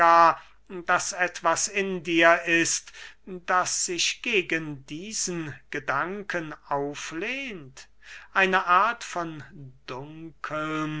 daß etwas in dir ist das sich gegen diesen gedanken auflehnt eine art von dunkelm